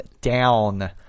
down